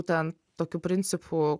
ten tokiu principu